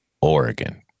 Oregon